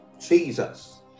jesus